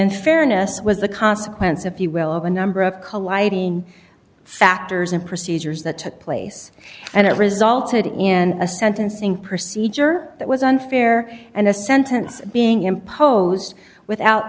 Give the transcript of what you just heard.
unfairness was the consequence if you will of a number of colliding factors and procedures that took place and it resulted in a sentencing procedure that was unfair and a sentence being imposed without